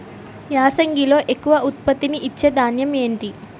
యాసంగిలో ఎక్కువ ఉత్పత్తిని ఇచే ధాన్యం ఏంటి?